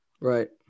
Right